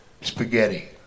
spaghetti